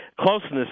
closeness